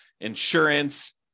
insurance